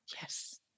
yes